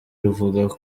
ruvuga